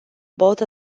both